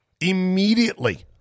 immediately